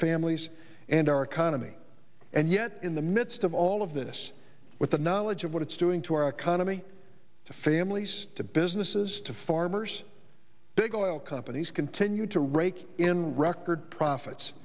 families and our economy and yet in the midst of all of this with the knowledge of what it's doing to our economy to families to businesses to farmers big oil companies continue to rake in record profits